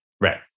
Right